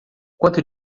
quanto